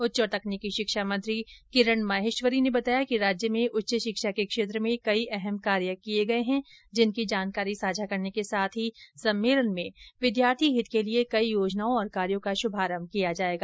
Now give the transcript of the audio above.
उच्च और तकनीकी शिक्षा मंत्री किरण माहेश्वरी ने बताया कि राज्य में उच्च शिक्षा के क्षेत्र में कई अहम कार्य किये गए हैं जिनकी जानकारी साझा करने के साथ सम्मेलन में विद्यार्थी हित के लिये कई योजनाओं और कार्यों का शुभारंभ किया जाएगा